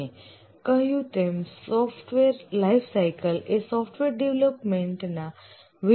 આપણે કહ્યું તેમ સોફ્ટવેર લાઈફસાઈકલ એ સોફ્ટવેર ડેવલપમેન્ટ ના વિવિધ સ્ટેજની શ્રેણી છે